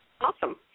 Awesome